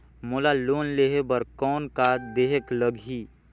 मोला लोन लेहे बर कौन का देहेक लगही?